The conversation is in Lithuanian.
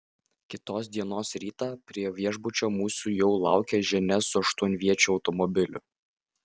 kitos dienos rytą prie viešbučio mūsų jau laukė ženia su aštuonviečiu automobiliu